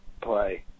play